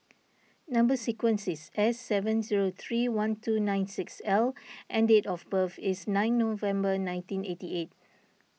Number Sequence is S seven zero three one two nine six L and date of birth is nine November nineteen eighty eight